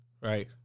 right